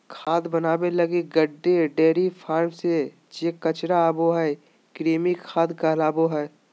खाद बनाबे लगी गड्डे, डेयरी फार्म से जे कचरा आबो हइ, कृमि खाद कहलाबो हइ